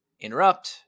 interrupt